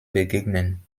begegnen